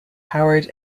howard